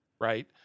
right